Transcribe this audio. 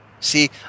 See